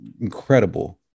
incredible